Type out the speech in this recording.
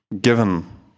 given